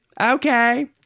Okay